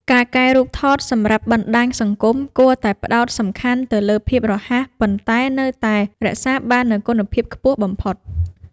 ការកែរូបថតសម្រាប់ បណ្តាញសង្គម គួរតែផ្ដោតសំខាន់ទៅលើភាពរហ័ស ប៉ុន្តែនៅតែរក្សាបាននូវគុណភាពខ្ពស់បំផុត។